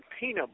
peanut